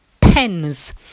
pens